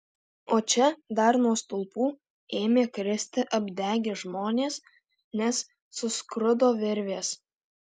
o čia dar nuo stulpų ėmė kristi apdegę žmonės nes suskrudo virvės